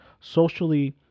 socially